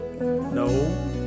No